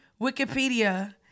Wikipedia